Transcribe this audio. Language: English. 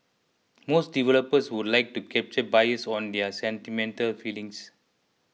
most developers would like to capture buyers on their sentimental feelings